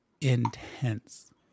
intense